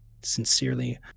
Sincerely